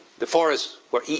the forest were